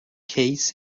case